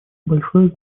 большое